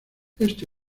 este